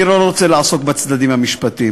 אני לא רוצה לעסוק בצדדים המשפטיים,